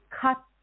cut